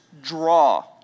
draw